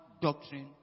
doctrine